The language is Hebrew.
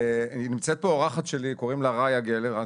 נמצאת פה אורחת שלי, קוראים לה רעיה גלר.